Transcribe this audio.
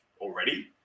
already